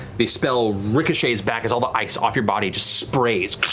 the spell ricochets back as all the ice off your body sprays,